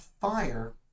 fire